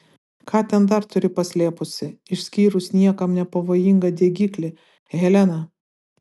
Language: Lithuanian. ką ten dar turi paslėpusi išskyrus niekam nepavojingą degiklį helena